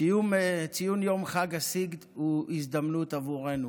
ציון יום חג הסגד הוא הזדמנות עבורנו